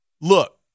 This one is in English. look